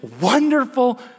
wonderful